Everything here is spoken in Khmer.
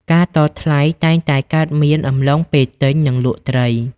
ការតថ្លៃតែងតែកើតមានអំឡុងពេលទិញ និង លក់ត្រី។